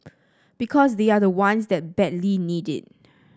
because they are the ones that badly need it